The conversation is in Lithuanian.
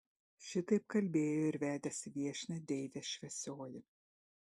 šitaip kalbėjo ir vedėsi viešnią deivė šviesioji